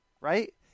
Right